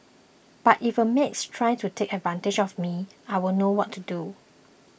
but if a maid tries to take advantage of me I'll know what to do